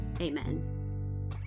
amen